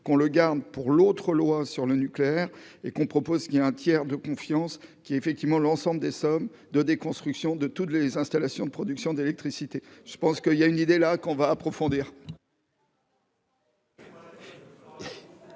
qu'on le garde pour l'autre loi sur le nucléaire et qu'on propose, qu'il a un tiers de confiance qui, effectivement, l'ensemble des sommes de déconstruction de toutes les installations de production d'électricité, je pense qu'il y a une idée là qu'on va approfondir.